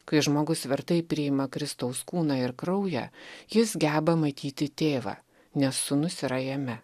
kai žmogus vertai priima kristaus kūną ir kraują jis geba matyti tėvą nes sūnus yra jame